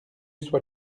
soit